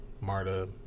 Marta